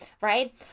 right